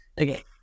Okay